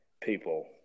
people